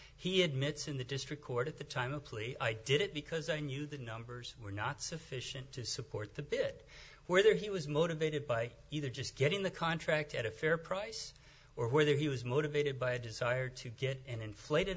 he admits in the district court at the time a plea i did it because i knew the numbers were not sufficient to support the bit where he was motivated by either just getting the contract at a fair price or whether he was motivated by a desire to get an inflated